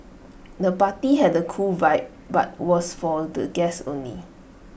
the party had A cool vibe but was for the guests only